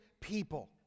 people